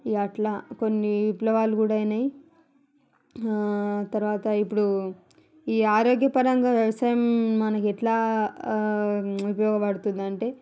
ఇంకా అట్ల కొన్ని విప్లవాలు కూడా అయినాయి తర్వాత ఇప్పుడు ఈ ఆరోగ్యపరంగా వ్యవసాయం మనకి ఎట్లా ఉపయోగపడుతుందంటే